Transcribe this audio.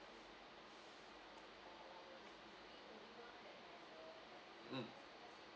mm